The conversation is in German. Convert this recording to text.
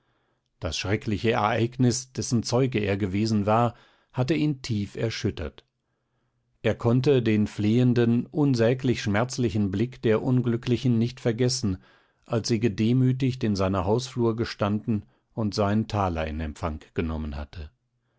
das schreckliche ereignis dessen zeuge er gewesen war hatte ihn tief erschüttert er konnte den flehenden unsäglich schmerzlichen blick der unglücklichen nicht vergessen als sie gedemütigt in seiner hausflur gestanden und seinen thaler in empfang genommen hatte